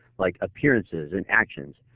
like appearances and actions.